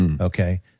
Okay